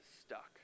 stuck